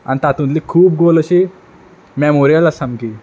आनी तातुनली खूब गोल अशी मॅमोऱ्यल आसा सामकी